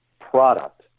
product